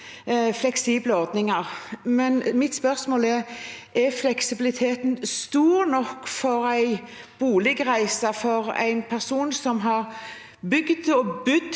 fleksible ordninger. Men mitt spørsmål er: Er fleksibiliteten stor nok for en boligreise for en person som har bygd på bygda